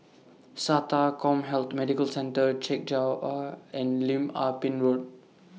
Sata Commhealth Medical Centre Chek Jawa and Lim Ah Pin Road